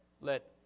Let